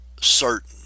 certain